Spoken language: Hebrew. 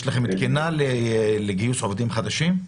יש לכם תקנים לגיוס עובדים חדשים?